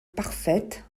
parfaite